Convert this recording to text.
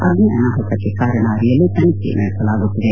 ಅಗ್ನಿ ಅನಾಹುತಕ್ಕೆ ಕಾರಣ ಅರಿಯಲು ತನಿಖೆ ನಡೆಸಲಾಗುತ್ತಿದೆ